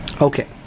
Okay